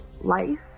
life